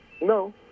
No